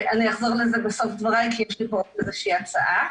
ואחזור לזה בסוף דבריי כי יש לי פה איזו שהיא הצעה.